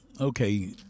okay